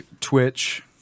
Twitch